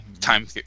time